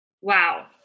Wow